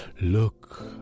Look